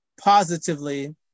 positively